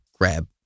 grab